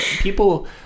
people